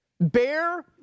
Bear